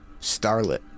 Starlet